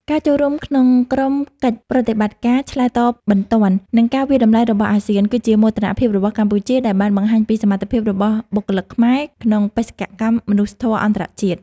ការចូលរួមក្នុងក្រុមកិច្ចប្រតិបត្តិការឆ្លើយតបបន្ទាន់ និងការវាយតម្លៃរបស់អាស៊ាន គឺជាមោទនភាពរបស់កម្ពុជាដែលបានបង្ហាញពីសមត្ថភាពរបស់បុគ្គលិកខ្មែរក្នុងបេសកកម្មមនុស្សធម៌អន្តរជាតិ។